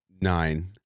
nine